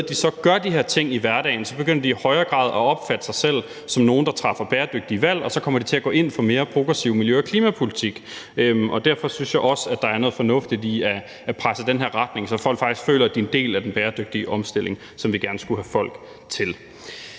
og med at de så gør de her ting i hverdagen, begynder de i højere grad at opfatte sig selv som nogle, der træffer bæredygtige valg, og så kommer de til at gå ind for mere progressiv miljø- og klimapolitik, og derfor synes jeg også, at der er noget fornuftigt i at presse i den her retning, så folk faktisk føler, at de er en del af den bæredygtig omstilling, hvad vi gerne skulle have folk til.